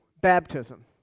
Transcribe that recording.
baptism